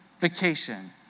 vacation